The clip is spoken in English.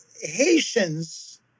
Haitians